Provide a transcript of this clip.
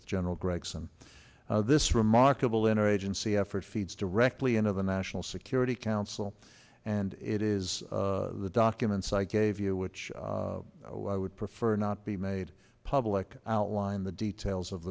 general gregson this remarkable inner agency effort feeds directly into the national security council and it is the documents i gave you which i would prefer not be made public outline the details of